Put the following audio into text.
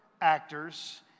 actors